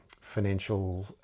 financial